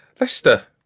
Leicester